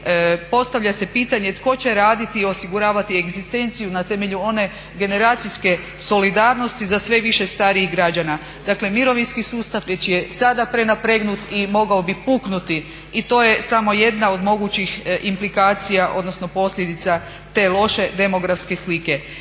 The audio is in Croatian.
postavlja se pitanje tko će raditi i osiguravati egzistenciju na temelju one generacijske solidarnosti za sve više starijih građana? Dakle mirovinski sustav već je sada prenapregnut i mogao bi puknuti. I to je samo jedna od mogućih implikacija, odnosno posljedica te loše demografske slike.